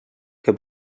que